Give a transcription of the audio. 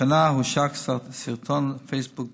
השנה הושק סרטון לפייסבוק בנדון.